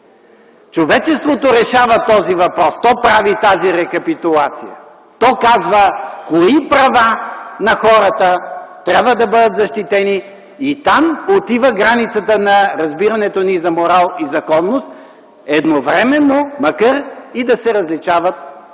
човечеството решава този въпрос. То прави тази рекапитулация. То казва кои права на хората трябва да бъдат защитени. И там отива границата на разбиранията ни за морал и законност, макар и да се различават понякога.